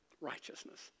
Righteousness